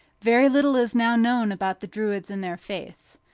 very little is now known about the druids and their faith.